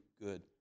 good